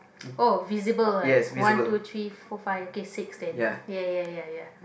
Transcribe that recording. oh visible right one two three four five okay six then ya ya ya ya